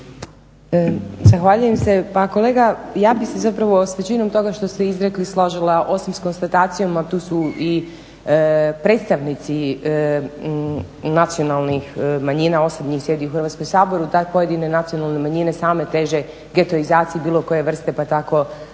Zahvaljujem se. Pa kolega ja bi se zapravo s većinom toga što ste izrekli složila osim sa konstatacijom, a to su i predstavnici nacionalnih manjina osam njih sjedi u Hrvatskom saboru, tada pojedine nacionalne manjine same teže getoizaciji bilo koje vrste pa tako